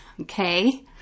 Okay